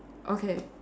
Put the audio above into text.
okay